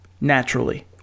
naturally